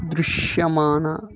దృశ్యమాన